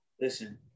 listen